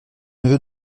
neveu